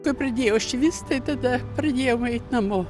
kai pradėjo švist tai tada pradėjom eit namo